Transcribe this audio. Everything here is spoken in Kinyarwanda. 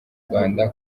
rwanda